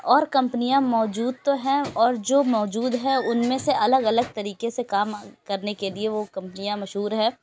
اور کمپنیاں موجود تو ہیں اور جو موجود ہیں اُن میں سے الگ الگ طریقے سے کام کرنے کے لیے وہ کمپنیاں مشہور ہیں